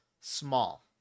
small